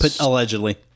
Allegedly